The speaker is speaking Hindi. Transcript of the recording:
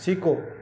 सीखो